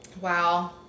Wow